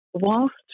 Whilst